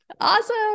Awesome